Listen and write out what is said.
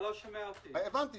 אני